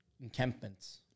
encampments